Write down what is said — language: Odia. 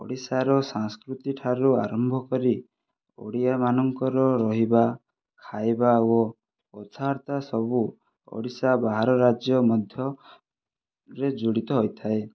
ଓଡ଼ିଶାର ସଂସ୍କୃତି ଠାରୁ ଆରମ୍ଭ କରି ଓଡ଼ିଆ ମାନଙ୍କର ରହିବା ଖାଇବା ଓ କଥାବାର୍ତ୍ତା ସବୁ ଓଡ଼ିଶା ବାହାର ରାଜ୍ୟରେ ମଧ୍ୟ ଜଡ଼ିତ ରହିଥାଏ